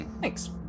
Thanks